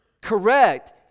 correct